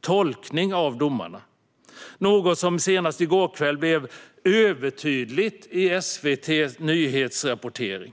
tolkning av domarna - något som senast i går kväll blev övertydligt i SVT:s nyhetsrapportering.